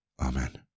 Amen